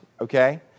Okay